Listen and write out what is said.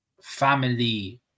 family